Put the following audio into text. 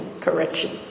correction